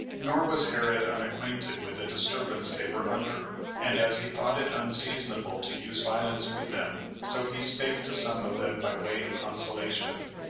nor was herod unacquainted with the disturbance they were under and as he thought it unseasonable to use violence with them, so he spake to some of them by way of consolation,